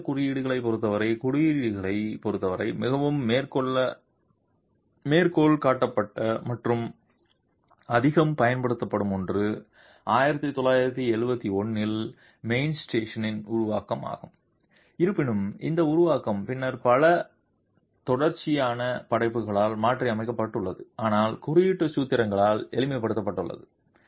சர்வதேச குறியீடுகளைப் பொறுத்தவரை குறியீடுகளைப் பொறுத்தவரை மிகவும் மேற்கோள் காட்டப்பட்ட மற்றும் அதிகம் பயன்படுத்தப்படும் ஒன்று 1971 இல் மெயின்ஸ்டோனின் உருவாக்கம் ஆகும் இருப்பினும் இந்த உருவாக்கம் பின்னர் பல தொடர்ச்சியான படைப்புகளால் மாற்றியமைக்கப்பட்டுள்ளது ஆனால் குறியீடு சூத்திரங்களால் எளிமைப்படுத்தப்பட்டுள்ளது